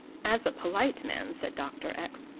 as a polite man, said dr. x,